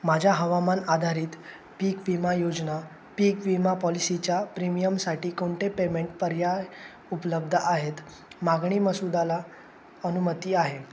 माझ्या हवामान आधारित पीक विमा योजना पीक विमा पॉलिसीच्या प्रीमियमसाठी कोणते पेमेंट पर्याय उपलब्ध आहेत मागणी मसूदाला अनुमती आहे